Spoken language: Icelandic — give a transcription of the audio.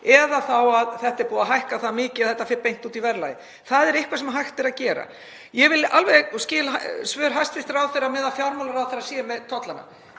eða þá að þetta er búið að hækka það mikið að það fer beint út í verðlagið. Þetta er eitthvað sem hægt er að gera. Ég skil alveg svör hæstv. ráðherra með að fjármálaráðherra sé með tollana